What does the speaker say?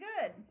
good